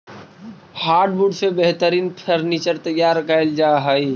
hardwood से बेहतरीन furniture तैयार कैल जा हइ